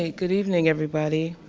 ah good evening, everybody.